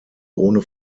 ohne